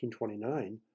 1929